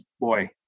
boy